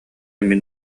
мин